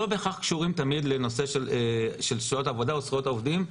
הם לא בהכרח קשורים תמיד לנושא של שעות עבודה או זכויות עובדים.